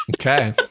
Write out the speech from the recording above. Okay